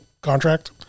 contract